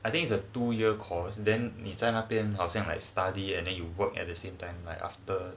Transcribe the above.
I think is a two year course then 你在那边好像 like study and uh you work at the same time like after